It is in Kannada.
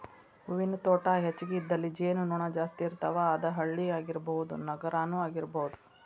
ಹೂವಿನ ತೋಟಾ ಹೆಚಗಿ ಇದ್ದಲ್ಲಿ ಜೇನು ನೊಣಾ ಜಾಸ್ತಿ ಇರ್ತಾವ, ಅದ ಹಳ್ಳಿ ಆಗಿರಬಹುದ ನಗರಾನು ಆಗಿರಬಹುದು